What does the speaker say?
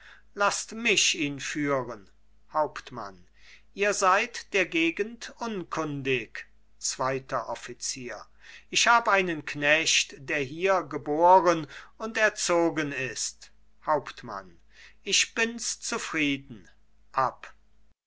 laßt mich ihn führen hauptmann ihr seid der gegend unkundig zweiter offizier ich hab einen knecht der hier geboren und erzogen ist hauptmann ich bin's zufrieden